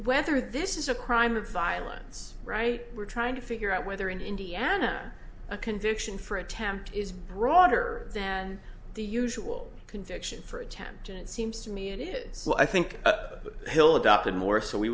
whether this is a crime of violence right we're trying to figure out whether in indiana a conviction for attempt is broader than the usual conviction for attempted it seems to me and i think hill adopted more so we